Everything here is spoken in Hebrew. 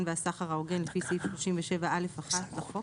והסחר ההוגן לפי סעיף 37(א1) לחוק